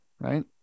right